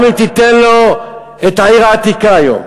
גם אם תיתן לו את העיר העתיקה היום.